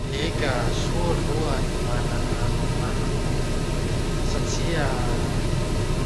Eka! Soa aloha ny mana nama maro satria